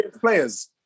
Players